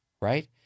right